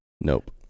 nope